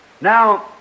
Now